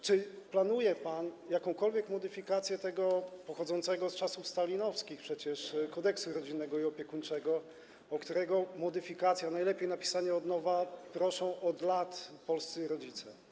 Czy planuje pan jakąkolwiek modyfikację tego pochodzącego z czasów stalinowskich przecież Kodeksu rodzinnego i opiekuńczego, o którego modyfikację, a najlepiej napisanie od nowa proszą od lat polscy rodzice?